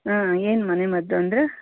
ಹಾಂ ಏನು ಮನೆಮದ್ದು ಅಂದರೆ